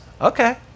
Okay